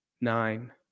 nine